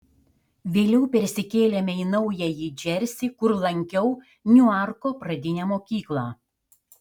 vėliau persikėlėme į naująjį džersį kur lankiau niuarko pradinę mokyklą